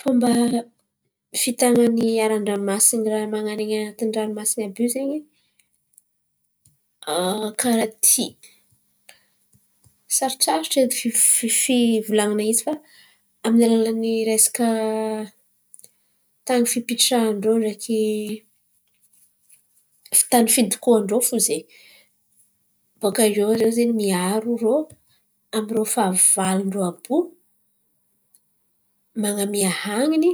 Fomba fitan̈any raha andranomasin̈y raha man̈anin̈y an̈aty ranomasin̈y àby io zen̈y. Karà ty, sarotsarotro edy fivolan̈ana izy fa amin’ny alalan’ny resaka tany pitran-drô ndraiky tany fidokoan-drô fo zen̈y. Bòakaio rô zen̈y miaro zen̈y irô ami-rô fahavalon-drô àby io, man̈amia, han̈iny